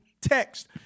text